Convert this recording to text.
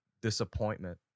disappointment